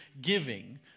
giving